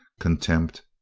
contempt,